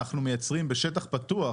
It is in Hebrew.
אנחנו מייצרים בשטח פתוח,